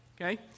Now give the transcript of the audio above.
Okay